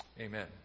Amen